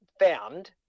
found